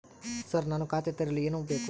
Sir ನಾನು ಖಾತೆ ತೆರೆಯಲು ಏನು ಬೇಕು?